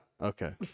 okay